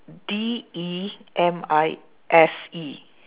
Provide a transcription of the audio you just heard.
D E M I S E